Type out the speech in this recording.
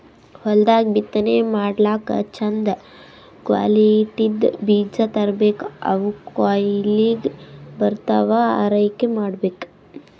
ಹೊಲ್ದಾಗ್ ಬಿತ್ತನೆ ಮಾಡ್ಲಾಕ್ಕ್ ಚಂದ್ ಕ್ವಾಲಿಟಿದ್ದ್ ಬೀಜ ತರ್ಬೆಕ್ ಅವ್ ಕೊಯ್ಲಿಗ್ ಬರತನಾ ಆರೈಕೆ ಮಾಡ್ಬೇಕ್